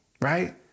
right